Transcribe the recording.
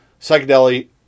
psychedelic